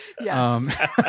Yes